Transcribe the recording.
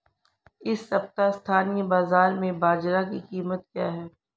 इस सप्ताह स्थानीय बाज़ार में बाजरा की कीमत क्या है?